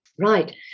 Right